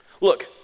Look